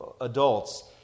adults